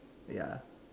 ya